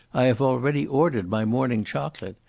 i have already ordered my morning chocolate.